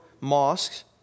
mosques